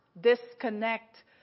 disconnect